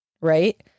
right